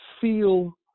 feel